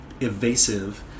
evasive